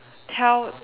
tell